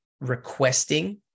requesting